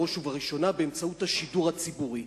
בראש ובראשונה באמצעות השידור הציבורי.